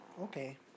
okay